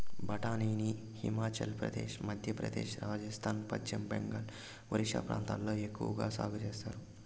బఠానీని హిమాచల్ ప్రదేశ్, మధ్యప్రదేశ్, రాజస్థాన్, పశ్చిమ బెంగాల్, ఒరిస్సా ప్రాంతాలలో ఎక్కవగా సాగు చేత్తారు